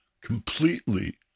Completely